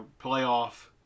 playoff